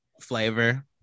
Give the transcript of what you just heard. Flavor